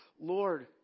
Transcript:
Lord